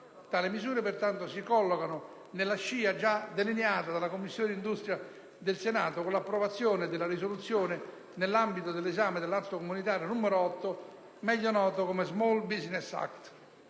Tali misure, pertanto, si collocano nella scia già delineata dalla Commissione industria del Senato con l'approvazione della risoluzione nell'ambito dell'esame dell'Atto comunitario n. 8, meglio noto come *Small business act*.